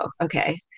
Okay